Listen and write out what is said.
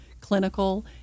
clinical